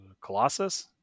Colossus